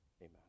Amen